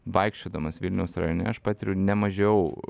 vaikščiodamas vilniaus rajone aš patiriu ne mažiau